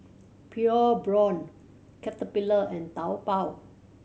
Pure Blonde Caterpillar and Taobao